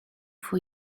for